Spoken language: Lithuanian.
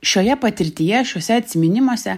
šioje patirtyje šiuose atsiminimuose